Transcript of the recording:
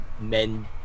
men